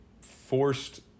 forced